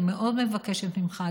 אני מאוד מבקשת ממך,